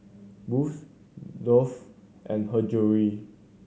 Boost Dove and Her Jewellery